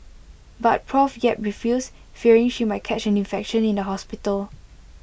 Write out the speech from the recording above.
but Prof yap refused fearing she might catch an infection in the hospital